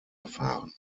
erfahren